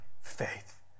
faith